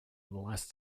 last